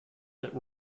that